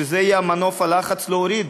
שזה יהיה מנוף הלחץ שנוריד,